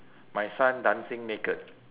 my son dancing naked